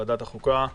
ועדת החוקה,